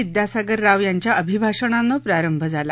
विद्यासागर राव यांच्या अभिभाषणानं प्रारंभ झाला